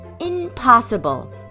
Impossible